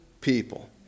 people